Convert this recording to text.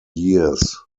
years